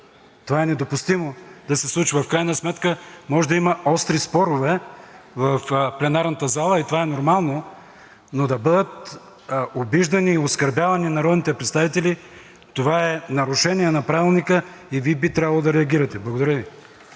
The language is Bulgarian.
Това е недопустимо да се случва. В крайна сметка може да има остри спорове в пленарната зала и това е нормално, но да бъдат обиждани и оскърбявани народните представители, това е нарушение на Правилника и Вие би трябвало да реагирате. Благодаря Ви.